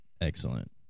excellent